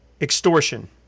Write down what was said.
extortion